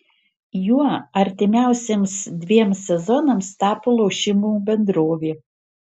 juo artimiausiems dviems sezonams tapo lošimų bendrovė